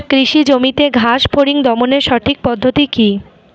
কৃষি জমিতে ঘাস ফরিঙ দমনের সঠিক পদ্ধতি কি?